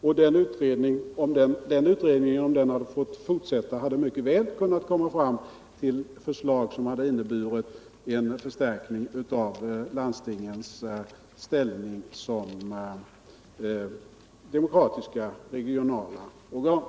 Om den utredningen hade fått fortsätta, hade den mycket väl kunnat komma fram till förslag som inneburit en förstärkning av landstingens ställning som demokratiska regionala organ.